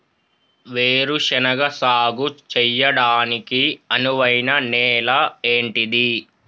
వేరు శనగ సాగు చేయడానికి అనువైన నేల ఏంటిది?